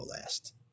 last